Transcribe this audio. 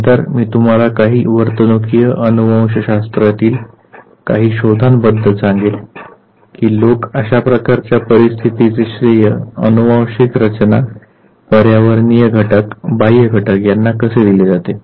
नंतर मी तुम्हाला काही वर्तनुकीय अनुवंशशास्त्रातील काही शोधांबद्दल सांगेल की लोक अशा प्रकारच्या परिस्थितीचे श्रेय आनुवांशिक रचना पर्यावरणीय घटक बाह्य घटक यांना कसे दिले जाते